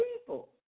people